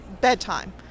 bedtime